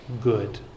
good